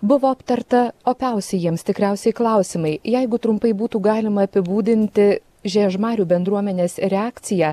buvo aptarta opiausi jiems tikriausiai klausimai jeigu trumpai būtų galima apibūdinti žiežmarių bendruomenės reakciją